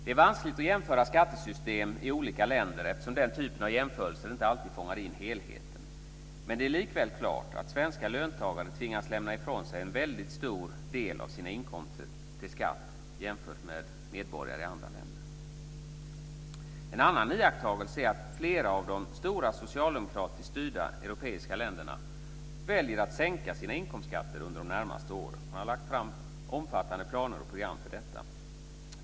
Det är vanskligt att jämföra skattesystemen i olika länder, eftersom den typen av jämförelser inte alltid fångar in helheten, men det är likväl helt klart att svenska löntagare tvingas lämna ifrån sig en väldigt stor del av sina inkomster till skatt jämfört med medborgare i andra länder. En annan iakttagelse är att flera stora socialdemokratiskt styrda europeiska länder väljer att sänka sina inkomstskatter under de närmaste åren. Man har lagt fram omfattande planer och program för detta.